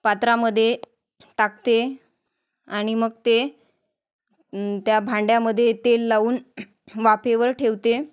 पात्रामध्ये टाकते आणि मग ते त्या भांड्यामध्ये तेल लावून वाफेवर ठेवते